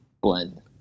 blend